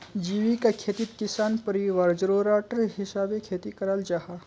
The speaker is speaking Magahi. जीविका खेतित किसान परिवारर ज़रूराटर हिसाबे खेती कराल जाहा